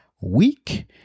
week